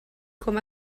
com